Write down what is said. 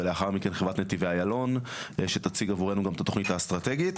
ולאחר מכן חברת נתיבי איילון שתציג עבורנו גם את התוכנית האסטרטגית,